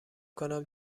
کنم